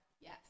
Yes